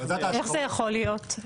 איך זה יכול להיות?